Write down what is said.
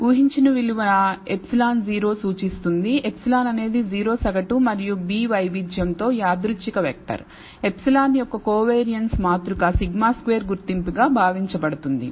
ఊహించిన విలువ ε 0 సూచిస్తుంది ε అనేది 0 సగటు మరియు b వైవిధ్యం తో యాదృచ్ఛిక వెక్టర్ ε యొక్క కోవియారిన్స్ మాతృక σ2 గుర్తింపు గా భావించబడుతుంది